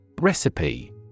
Recipe